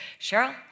Cheryl